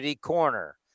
corner